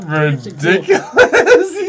ridiculous